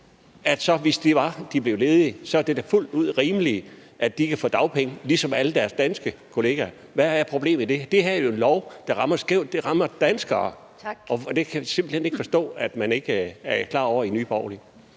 ind, bliver ledige. Så er det da fuldt ud rimeligt, at de kan få dagpenge ligesom alle deres danske kollegaer. Hvad er problemet i det? Det her er jo en lov, der rammer skævt. Det rammer danskere, og det kan vi simpelt hen ikke forstå at man ikke er klar over i Nye Borgerlige.